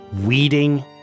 weeding